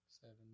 seven